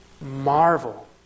marvel